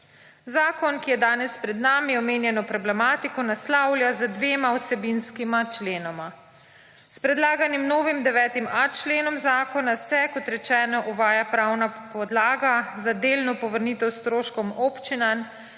Zakon, ki je danes pred nami je omenjeno problematiko naslavlja za dvema vsebinskima členoma. S predlaganim novim 9a. členom zakona se, kot rečeno uvaja pravna podlaga za delno povrnitev stroškov občinam,